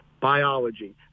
biology